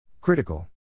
Critical